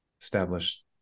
established